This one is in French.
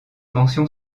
mention